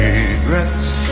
Regrets